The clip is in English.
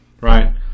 right